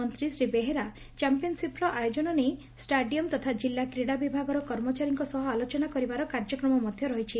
ମନ୍ତୀ ଶ୍ରୀ ବେହେରା ଚାମ୍ଟିୟନସିପ୍ର ଆୟୋଜନ ନେଇ ଷ୍ଟାଡିୟମ ତଥା ଜିଲ୍ଲା କ୍ରୀଡ଼ାବିଭାଗର କର୍ମଚାରୀଙ୍କ ସହ ଆଲୋଚନା କରିବାର କାର୍ଯ୍ୟକ୍ରମ ମଧ ରହିଛି